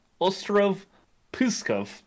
Ostrov-Puskov